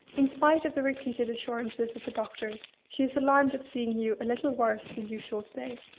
in spite of the repeated assurances of the doctors, she is alarmed at seeing you a little worse than usual to-day,